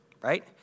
right